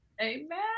Amen